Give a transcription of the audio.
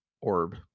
orb